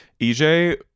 EJ